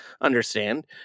understand